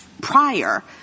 prior